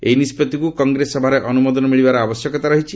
ଏହି ନିଷ୍କଭିକୁ କଂଗ୍ରେସ ସଭାରେ ଅନୁମୋଦନ ମିଳିବାର ଆବଶ୍ୟକତା ରହିଛି